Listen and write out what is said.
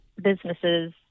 businesses